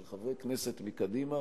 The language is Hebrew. של חברי כנסת מקדימה